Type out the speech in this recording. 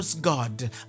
God